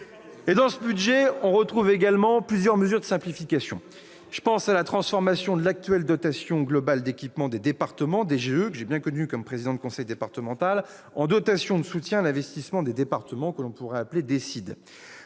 ! Dans ce budget, on trouve également plusieurs mesures de simplification. Je pense à la transformation de l'actuelle dotation globale d'équipement des départements, la DGE- je l'ai bien connue comme président de conseil départemental -en dotation de soutien à l'investissement des départements, que l'on pourrait appeler DSID.